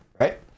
right